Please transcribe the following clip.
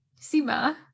Sima